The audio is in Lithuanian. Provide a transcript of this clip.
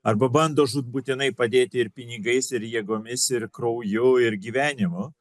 arba bando žūtbūtinai padėti ir pinigais ir jėgomis ir krauju ir gyvenimu